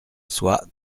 soit